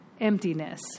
emptiness